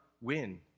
win